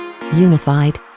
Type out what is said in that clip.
Unified